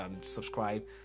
subscribe